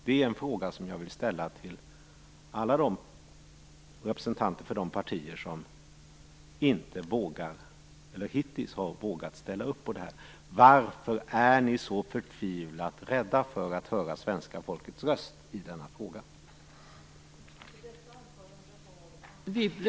Jag har en fråga som jag vill ställa till alla representanter för de partier som hittills inte har vågat att ställa upp: Varför är ni så förtvivlat rädda för att höra svenska folkets röst i denna fråga?